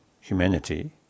humanity